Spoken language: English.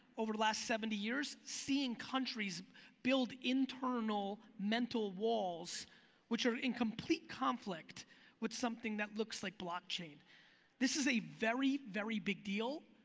over the last seventy years, seeing countries build internal mental walls which are in complete conflict with something that looks like blockchain. this is a very, very big deal,